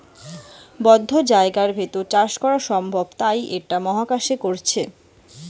বদ্ধ জায়গার ভেতর চাষ করা সম্ভব তাই ইটা মহাকাশে করতিছে